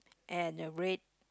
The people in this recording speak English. and a red